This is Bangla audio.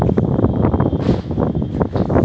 কিভাবে মোবাইল রিচার্জ করব?